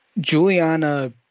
Juliana